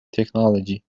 technology